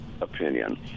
opinion